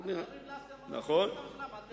אתם המלצתם עליו לראשות הממשלה, מה אתם מלינים?